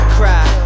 cry